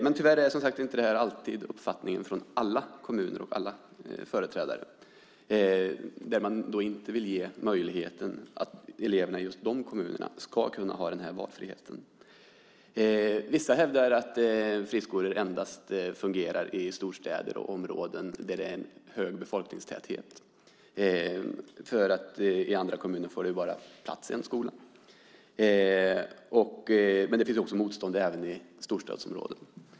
Detta är tyvärr inte alltid uppfattningen i de kommuner och bland de företrädare som inte vill ge eleverna i just dessa kommuner denna valfrihet. Vissa hävdar att friskolor endast fungerar i storstäder och i områden där det är en hög befolkningstäthet för att i andra kommuner får det bara plats en skola. Men det finns motstånd även i storstadsområden.